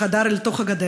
חדר מעבר לגדר,